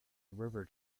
river